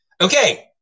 Okay